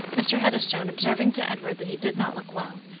mr. heatherstone observing to edward that he did not look well,